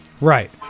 Right